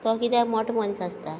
तो कित्याक मोठ मनीस आसता